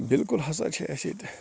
بِلکُل ہسا چھِ اسہِ ییٚتہِ